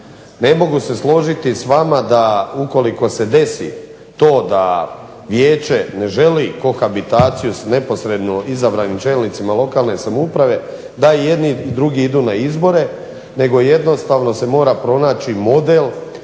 Ne mogu se složiti s vama, da ukoliko se desi to da vijeće ne želi kohabitaciju neposredno izabranim čelnicima lokalne samouprave, da i jedni i drugi idu na izbore, nego jednostavno se mora pronaći model